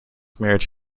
marriage